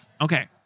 Okay